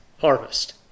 harvest